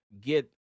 get